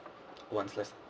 one slice